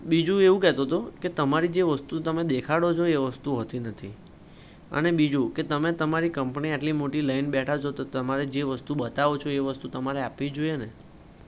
બીજું એવું કહેતો તો કે તમારી જે વસ્તુ તમે દેખાડો છો એ વસ્તુ હોતી નથી અને બીજું કે તમે તમારી કંપની આટલી મોટી લઈને બેઠા છો તો તમારે જે વસ્તુ બતાવો છો એ વસ્તુ તમારે આપવી જોઈએને